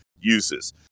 uses